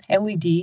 LED